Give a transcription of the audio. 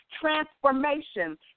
transformation